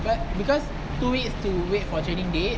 but because two week to wait for training date